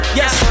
yes